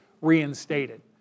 reinstated